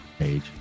Age